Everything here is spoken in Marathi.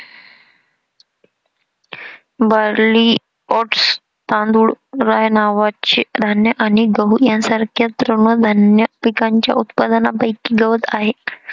बार्ली, ओट्स, तांदूळ, राय नावाचे धान्य आणि गहू यांसारख्या तृणधान्य पिकांच्या उत्पादनापैकी गवत आहे